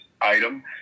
item